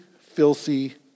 filthy